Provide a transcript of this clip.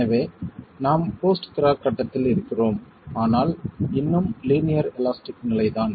எனவே நாம் post crack கட்டத்தில் இருக்கிறோம் ஆனால் இன்னும் லீனியர் எலாஸ்டிக் நிலை தான்